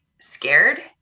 scared